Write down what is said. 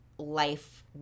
life